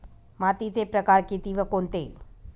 मातीचे प्रकार किती व कोणते?